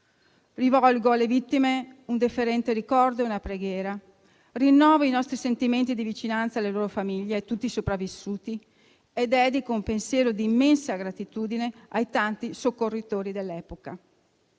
Rivolgo alle vittime un deferente ricordo e una preghiera. Rinnovo i nostri sentimenti di vicinanza alle loro famiglie e a tutti i sopravvissuti e dedico un pensiero di immensa gratitudine ai tanti soccorritori dell'epoca.